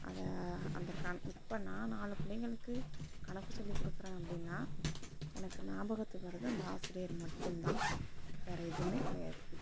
அதை அந்த கண் இப்போ நான் நாலு பிள்ளைங்களுக்கு கணக்கு சொல்லிக் கொடுக்குறேன் அப்படின்னா எனக்கு ஞாபகத்துக்கு வர்றது அந்த ஆசிரியர் மட்டுந்தான் வேற எதுவுமே கிடையாது